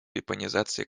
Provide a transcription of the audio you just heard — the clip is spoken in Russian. вепонизации